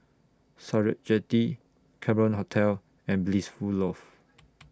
Sakra Jetty Cameron Hotel and Blissful Loft